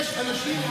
אז ראשית,